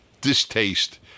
distaste